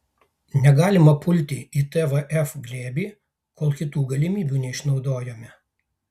negalima pulti į tvf glėbį kol kitų galimybių neišnaudojome